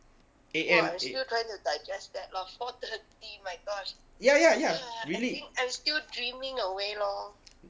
A_M a~ ya ya ya really